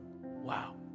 Wow